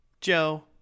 joe